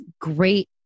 great